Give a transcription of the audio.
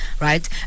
right